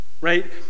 right